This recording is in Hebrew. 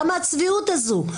למה הצביעות הזו?